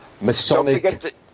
masonic